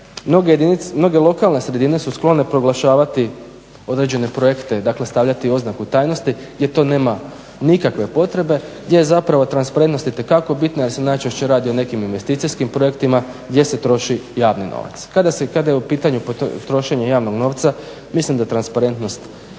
mnoge lokalne sredine su sklone proglašavati određene projekte, dakle stavljati oznaku tajnosti gdje to nema nikakve potrebe, gdje je zapravo transparentnost itekako bitna jer se najčešće radi o nekim investicijskim projektima gdje se troši javni novac. Kada je u pitanju trošenje javnog novca, mislim da transparentnost